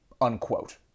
Unquote